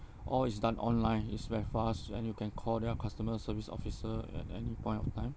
all is done online it's very fast and you can call their customer service officer at any point of time